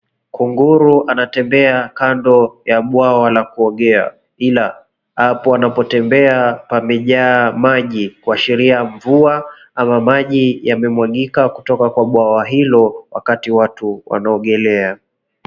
Kunguru anatembea kando ya bwawa la kuogea ila, hapo anapotembea pamejaa maji kuashiria mvua au maji yamemwagika kutoka kwa bwawa hilo wakati watu wanaogelea.